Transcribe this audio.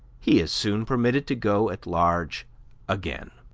he is soon permitted to go at large again.